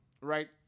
right